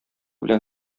белән